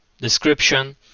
description